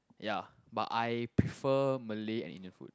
ya but I prefer Malay and Indian food